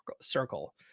circle